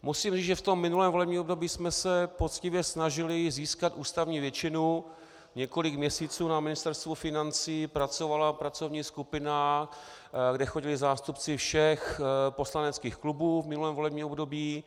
Musím říci, že v tom minulém volebním období jsme se poctivě snažili získat ústavní většinu, několik měsíců na Ministerstvu financí pracovala pracovní skupina, kde chodili zástupci všech poslaneckých klubů v minulém volebním období.